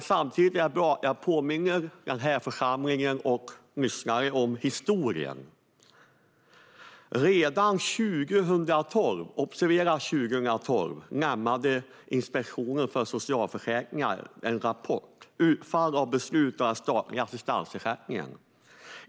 Samtidigt vill jag påminna den här församlingen och lyssnare om historien. Redan 2012 - observera 2012 - lade Inspektionen för socialförsäkringen fram en rapport, Utfall av beslut om statlig assistansersättning .